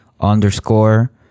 underscore